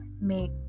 make